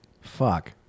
Fuck